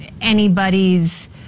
anybody's